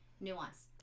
nuance